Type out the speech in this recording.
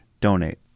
donate